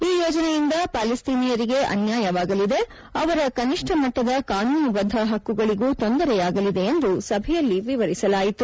ಈ ಯೋಜನೆಯಿಂದ ಪ್ಯಾಲೆಸ್ತೇನಿಯರಿಗೆ ಅನ್ಯಾಯವಾಗಲಿದೆ ಅವರ ಕನಿಷ್ಣ ಮಟ್ಗದ ಕಾನೂನುಬದ್ದ ಹಕ್ಕುಗಳಿಗೂ ತೊಂದರೆಯಾಗಲಿದೆ ಎಂದು ಸಭೆಯಲ್ಲಿ ವಿವರಿಸಲಾಯಿತು